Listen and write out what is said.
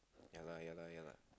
ya lah ya lah ya lah